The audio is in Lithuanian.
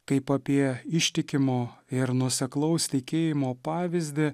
kaip apie ištikimo ir nuoseklaus tikėjimo pavyzdį